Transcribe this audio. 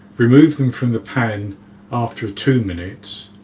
remove them from the pan after two minutes,